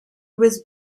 was